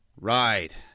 Right